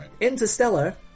Interstellar